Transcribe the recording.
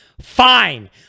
fine